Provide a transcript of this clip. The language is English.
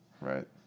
right